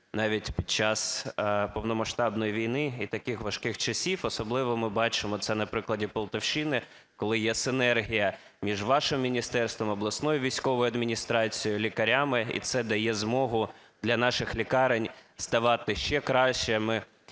навіть під час повномасштабної війни і таких важких часів. Особливо ми бачимо це на прикладі Полтавщини, коли є синергія між вашим міністерством, обласною військовою адміністрацією, лікарями, і це дає змогу для наших лікарень ставати ще кращими,